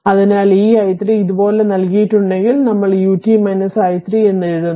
അതിനാൽ ഈ i3 ഇതുപോലെ നൽകിയിട്ടുണ്ടെങ്കിൽ നമ്മൾ ut i3 എന്ന് എഴുതുന്നു